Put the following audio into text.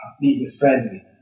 business-friendly